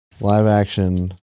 live-action